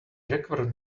recovered